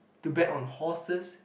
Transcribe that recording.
to bet on horses